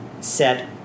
set